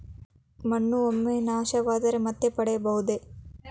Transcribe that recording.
ಮಣ್ಣು ಒಮ್ಮೆ ನಾಶವಾದರೆ ಮತ್ತೆ ಪಡೆಯಬಹುದೇ?